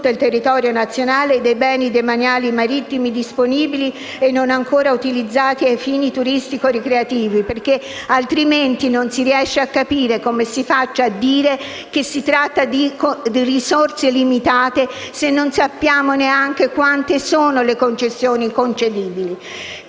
il territorio nazionale dei beni demaniali marittimi disponibili e non ancora utilizzati a fini turistico-ricreativi, altrimenti non si riesce a capire come si faccia a dire che si tratta di risorse limitate se non sappiamo neanche quante siano le concessioni concedibili.